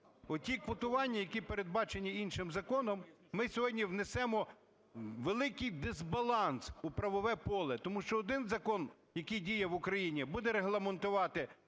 Оті квотування, які передбачені іншим законом, ми сьогодні внесемо великий дисбаланс у правове поле, тому що один закон, який діє в Україні, буде регламентувати певні